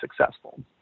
successful